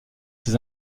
ses